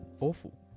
...awful